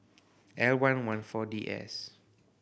L one one Four D S